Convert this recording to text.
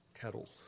Kettle